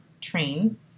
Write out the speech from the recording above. train